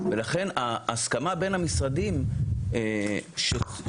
לכן ההסכמה בין המשרדים שתרופה,